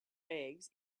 eggs